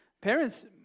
Parents